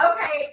Okay